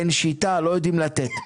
אין שיטה ולא יודעים לתת.